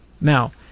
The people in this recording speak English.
Now